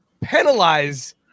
penalize